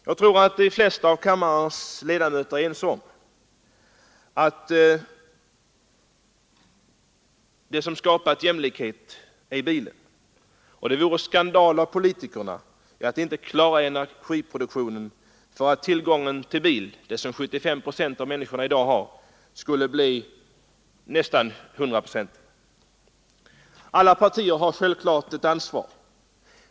Jag tror att de flesta av kammarens ledamöter är ense om att det som skapat jämlikhet är bilen. Det vore skandal om politikerna inte skulle klara energiproduktionen, så att tillgången till bil — det har 75 procent av människorna i dag — blir nästan hundraprocentig. Alla partier har självfallet ett ansvar.